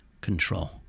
control